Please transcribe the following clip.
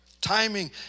Timing